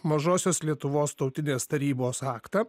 mažosios lietuvos tautinės tarybos aktą